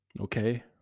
Okay